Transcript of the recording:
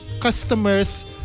customers